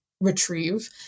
retrieve